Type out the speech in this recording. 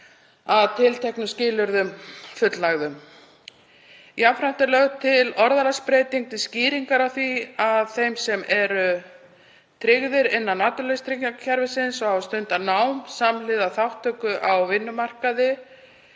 að tilteknum skilyrðum fullnægðum. Jafnframt er lögð til orðalagsbreyting til skýringar á því að þeim sem eru tryggðir innan atvinnuleysistryggingakerfisins og hafa stundað nám samhliða þátttöku á vinnumarkaði